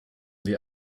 wir